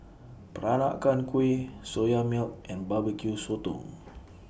Peranakan Kueh Soya Milk and Barbecue Sotong